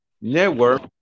Network